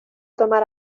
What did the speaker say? tomar